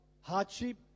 Hardship